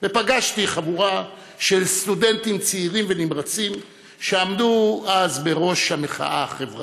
ופגשתי חבורה של סטודנטים צעירים ונמרצים שעמדו אז בראש המחאה החברתית.